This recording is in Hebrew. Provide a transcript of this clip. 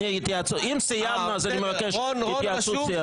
אם סיימנו אז אני מבקש התייעצות סיעתית.